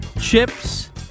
chips